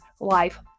life